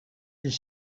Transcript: est